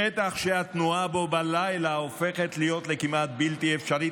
שטח שהתנועה בו בלילה הופכת להיות כמעט בלתי אפשרית,